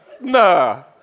Nah